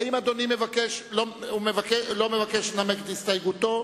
האם אדוני מבקש, לא מבקש לנמק את הסתייגותו.